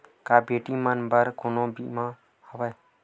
का बेटी मन बर कोनो बीमा हवय?